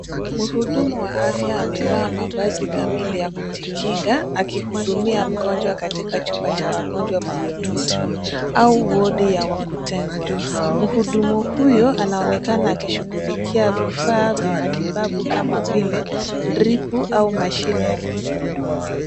Mhudumu wa afya amevaa mavazi kamili ya kujikinga akihudumia mgonjwa katika chumba cha wagonjwa mahututi au wodi ya wa kutengwa. Mhudumu huyu anaonekana akishughulikia vifaa vya matibabu kama vile drip au mashine ya kupumua.